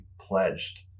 pledged